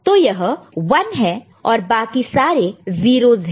तो यह 1 है और बाकी सारे 0's है